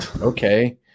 Okay